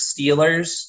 Steelers